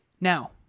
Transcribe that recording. now